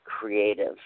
creative